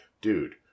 dude